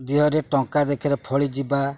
ଦେହରେ ଟଙ୍କା ଦେଖେରେ ଫଳିଯିବା